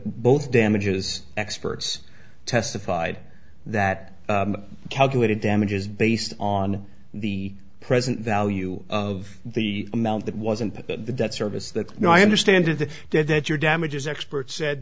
both damages experts testified that calculated damages based on the present value of the amount that wasn't the debt service that now i understand to the dead that your damages experts said